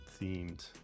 themed